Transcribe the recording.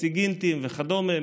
סיגינטים וכדומה,